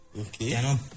Okay